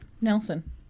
Nelson